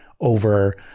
over